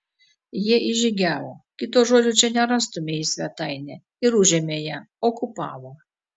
jie įžygiavo kito žodžio čia nerastumei į svetainę ir užėmė ją okupavo